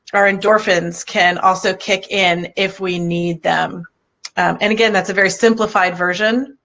our endorphins can also kick in if we need them and again that's a very simplified version.